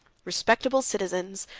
respectable citizens,